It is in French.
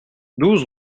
douze